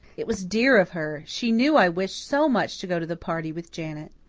it was dear of her she knew i wished so much to go to the party with janet.